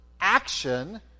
action